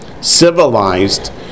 civilized